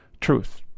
Truth